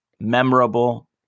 memorable